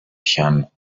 tient